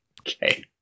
Okay